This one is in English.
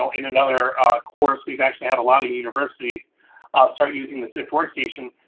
so in another course, we've actually had a lot of universities start using the sift workstation,